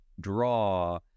draw